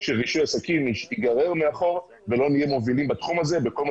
שרישוי עסקים ייגרר מאחור ולא נהיה מובילים בתחום הזה בכל מה